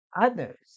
others